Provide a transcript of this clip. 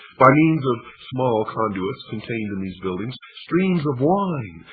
by means of small conduits contained in these buildings streams of wine,